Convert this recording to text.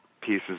pieces